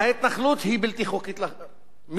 ההתנחלות היא בלתי חוקית מיסודה,